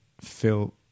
feel